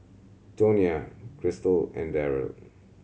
Tonia Krystal and Darren